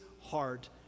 heart